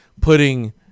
putting